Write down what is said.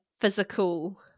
physical